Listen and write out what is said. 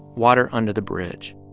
water under the bridge